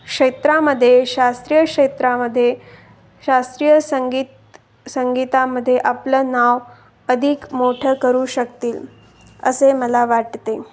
क्षेत्रामध्ये शास्त्रीय क्षेत्रामध्ये शास्त्रीय संगीत संगीतामध्ये आपलं नाव अधिक मोठं करू शकतील असे मला वाटते